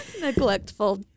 Neglectful